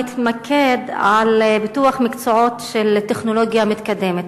ואני אתמקד בפיתוח מקצועות של טכנולוגיה מתקדמת.